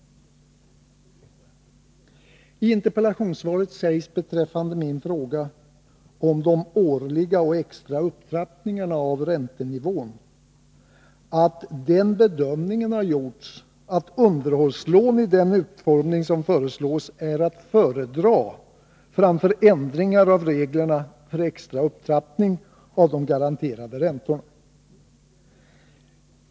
I interpellationssvaret sägs beträffande min fråga om de årliga och extra upptrappningarna av räntenivån att den bedömningen har gjorts att underhållslån i den utformning som föreslås är att föredra framför ändringar av reglerna för extra upptrappning av de garanterade räntorna.